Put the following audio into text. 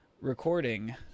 recording